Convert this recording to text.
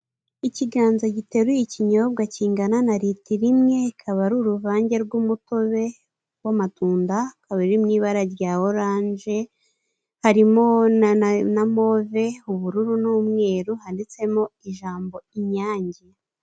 Ikiganza giteruye ikinyobwa kingana na litiro rimwe ikaba ari uruvange rw'umutobe w'amatunda ijana iri mu ibara rya orange harimo na move, ubururu n'umweru handitsemo ijambo inyange.